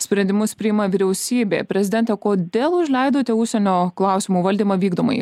sprendimus priima vyriausybė prezidente kodėl užleidote užsienio klausimų valdymą vykdomai